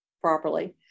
properly